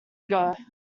ago